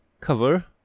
cover